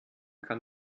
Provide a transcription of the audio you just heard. kann